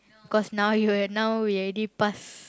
cause now you will now we already pass